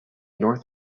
north